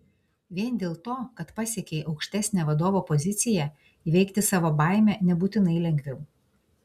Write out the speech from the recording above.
vien dėl to kad pasiekei aukštesnę vadovo poziciją įveikti savo baimę nebūtinai lengviau